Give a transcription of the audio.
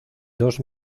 dos